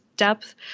depth